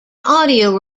audio